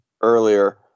earlier